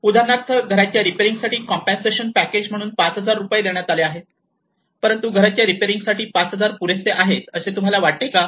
उदाहरणार्थ घरांच्या रिपेअरिंग साठी कॉम्पेनसेशन पॅकेजेस म्हणून 5000 रुपये देण्यात आले आहेत परंतु घराच्या रिपेरींग साठी 5000 रुपये पुरेसे आहेत असे तुम्हाला वाटते का